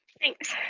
thanks.